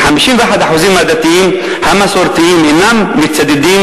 51% מהדתיים המסורתיים אינם מצדדים